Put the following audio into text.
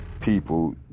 people